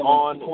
on